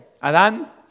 Adán